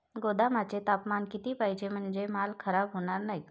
गोदामाचे तापमान किती पाहिजे? म्हणजे माल खराब होणार नाही?